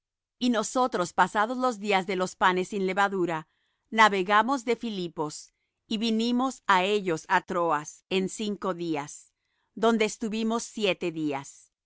y nosotros pasados los días de los panes sin levadura navegamos de filipos y vinimos á ellos á troas en cinco días donde estuvimos siete días